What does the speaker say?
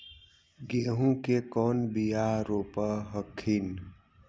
गेहूं के कौन बियाह रोप हखिन?